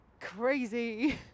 crazy